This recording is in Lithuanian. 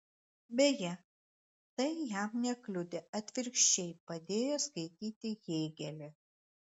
beje tai jam nekliudė atvirkščiai padėjo skaityti hėgelį